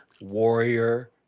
Warrior